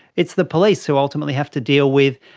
it's the police who ultimately have to deal with,